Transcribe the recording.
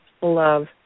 love